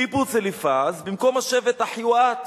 קיבוץ אליפז במקום השבט אחיוואת,